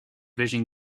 vision